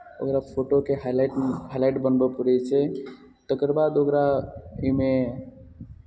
ओकरा फोटोके highlight highlight बनबय पड़ै छै तकर बाद ओकरा एहिमे